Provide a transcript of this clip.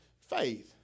faith